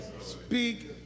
Speak